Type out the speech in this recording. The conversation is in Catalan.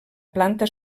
planta